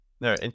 no